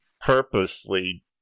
purposely